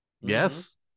Yes